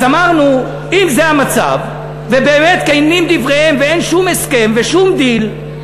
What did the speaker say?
אז אמרנו: אם זה המצב ובאמת כנים דבריהם ואין שום הסכם ושום דיל,